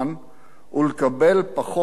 ולקבל פחות ופחות.